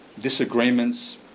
disagreements